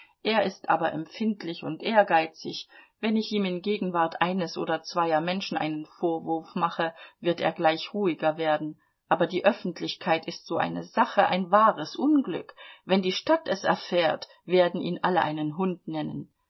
er ist aber empfindlich und ehrgeizig wenn ich ihm in gegenwart eines oder zweier menschen einen vorwurf mache wird er gleich ruhiger werden aber die öffentlichkeit ist so eine sache ein wahres unglück wenn die stadt es erfährt werden ihn alle einen hund nennen